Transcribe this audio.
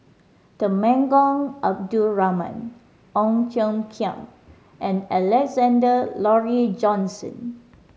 Temenggong Abdul Rahman Ong Tiong Khiam and Alexander Laurie Johnston